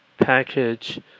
package